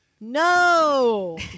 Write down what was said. No